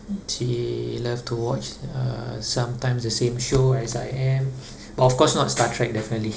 she love to watch uh sometimes the same show as I am but of course not star trek definitely